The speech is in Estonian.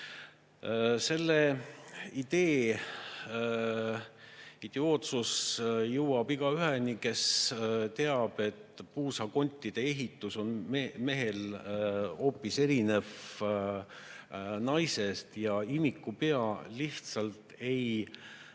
Selle idee idiootsus jõuab igaüheni, kes teab, et puusakontide ehitus on mehel hoopis teistsugune kui naisel ja imiku pea lihtsalt ei